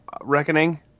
Reckoning